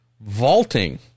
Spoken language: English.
vaulting